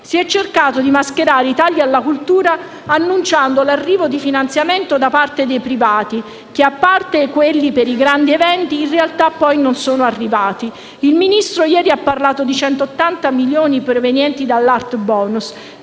Si è cercato di mascherare i tagli alla cultura annunciando l'arrivo di finanziamenti da parte di privati che, a parte quelli per i grandi eventi, in realtà non sono arrivati. Ieri il Ministro ha parlato di 180 milioni provenienti dall'Art bonus*,*